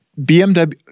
BMW